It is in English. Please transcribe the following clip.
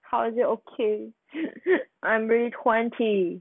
how is it okay I'm really twenty